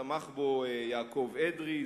תמכו בו יעקב אדרי,